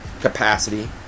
capacity